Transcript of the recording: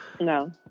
No